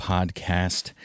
Podcast